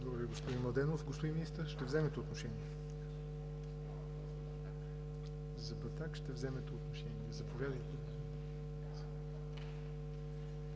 Ви, господин Младенов. Господин Министър, ще вземете отношение? За Батак ще вземете отношение. Заповядайте.